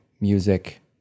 music